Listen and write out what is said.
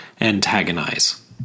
Antagonize